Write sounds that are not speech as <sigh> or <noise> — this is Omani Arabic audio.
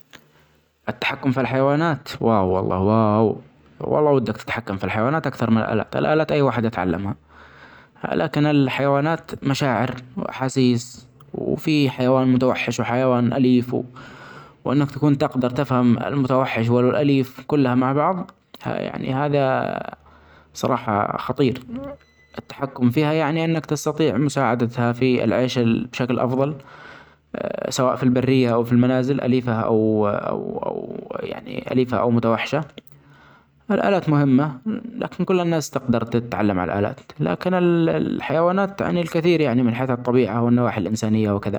التحكم في الحيوانات ، واو والله وااااو والله ودك تتحكم في الحيوانات أكثر من الآلات .الألات أي واحد يتعلمها. لكن الحيوانات مشاعر وأحاسيس وفي حيوان متوحش وحيوان أليف، و وأن تكون تقدر تفهم المتوحش والأليف كلها مع بعض هذا يعني هذا <hesitation> صراحة خطير. التحكم فيها يعني أنك تستطيع مساعدتها في العيش بشكل افظل، <hesitation> سواء في البرية أو المنازل أليفة أو أو أو يعني أليفه أو متوحشة. الآلات مهمة لكن كل الناس تجدر تتعلم علي الآلات لكن ال-الحيوانات تعني الكثير يعني من حياتها الطبيعة والنواحي الإنسانية وكذا.